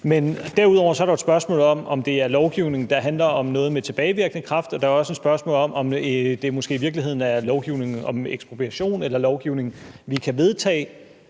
Derudover er det jo et spørgsmål om, om det er lovgivning, der handler om, at det skal være med tilbagevirkende kraft, og der er også et spørgsmål om, om det måske i virkeligheden er lovgivning om ekspropriation, eller om det er lovgivning, vi kan vedtage,